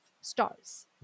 stars